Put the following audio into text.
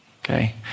Okay